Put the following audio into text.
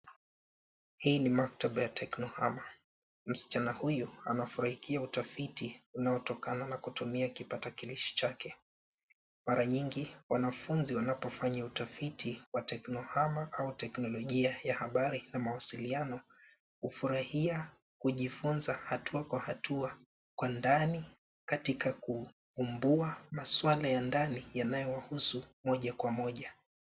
Hii ni maktaba ya teknohama. Msichana huyu anafurahia utafiti unaotokana na kutumia kipakatalishi chake. Mara nyingi wanafunzi wanapofanya utafiti wa teknohama au teknolojia ya habari na mawasiliano, hufurahia kujifunza hatua kwa hatua kwa ndani katika kuumbua maswala ya ndani yanayowahusu moja kwa moja.